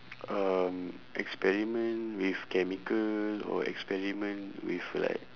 um experiment with chemical or experiment with like